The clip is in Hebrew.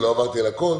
לא עברתי על הכול,